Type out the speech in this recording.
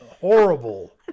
horrible